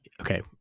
okay